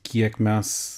kiek mes